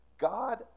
God